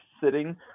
sitting